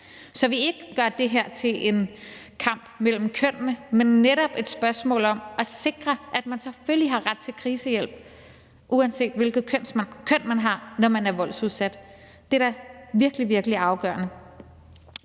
så vi ikke gør det her til en kamp mellem kønnene, men netop et spørgsmål om at sikre, at man selvfølgelig har ret til krisehjælp, uanset hvilket køn man har, når man er voldsudsat. Det er da virkelig, virkelig afgørende.